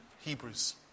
Hebrews